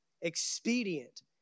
expedient